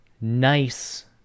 nice